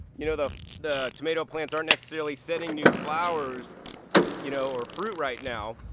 you know the the tomato plants aren't necessarily setting new flowers you know or fruit right now,